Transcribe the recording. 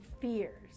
fears